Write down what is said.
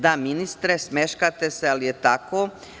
Da, ministre, smeškate se ali je tako.